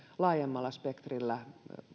laajemmalla spektrillä